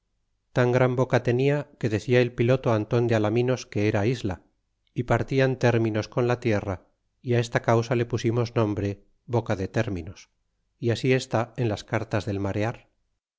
tan gran boca tenia que decia el piloto anton de alaminos que era isla y partian términos con la tierra y esta causa le pusimos nombre boca de términos y así esta en las cartas del marear